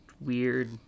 Weird